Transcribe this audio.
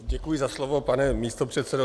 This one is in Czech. Děkuji za slovo, pane místopředsedo.